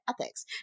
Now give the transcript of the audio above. ethics